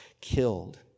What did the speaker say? killed